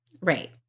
Right